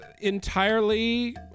entirely